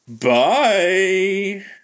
Bye